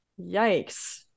Yikes